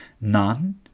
None